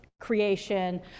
creation